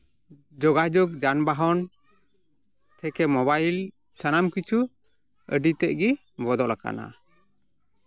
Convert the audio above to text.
ᱡᱳᱜᱟᱡᱳᱜᱽ ᱡᱟᱱᱵᱟᱦᱚᱱ ᱛᱷᱮᱠᱮ ᱢᱳᱵᱟᱭᱤᱞ ᱥᱟᱱᱟᱢ ᱠᱤᱪᱷᱩ ᱟᱹᱰᱤ ᱛᱮᱫ ᱜᱮ ᱵᱚᱫᱚᱞ ᱟᱠᱟᱱᱟ